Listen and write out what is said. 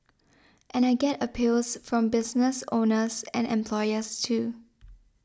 and I get appeals from business owners and employers too